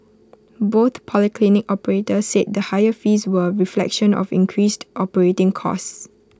both polyclinic operators said the higher fees were A reflection of increased operating costs